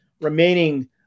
remaining